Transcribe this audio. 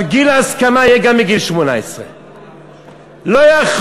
אבל גיל ההסכמה יהיה גם גיל 18. לא יכול